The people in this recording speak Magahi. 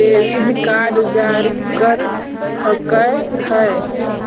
डेबिट कार्ड जारी कर हकै है?